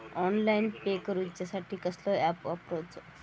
Online pay करूचा साठी कसलो ऍप वापरूचो?